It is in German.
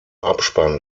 abspann